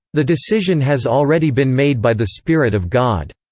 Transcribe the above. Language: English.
the decision has already been made by the spirit of god.